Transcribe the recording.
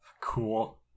Cool